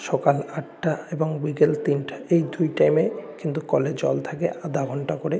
সকাল আটটা এবং বিকেল তিনটা এই দুই টাইমে কিন্তু কলে জল থাকে আধ ঘণ্টা করে